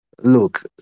look